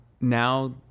now